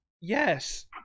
Yes